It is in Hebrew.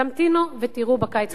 תמתינו ותראו בקיץ הקרוב.